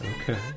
Okay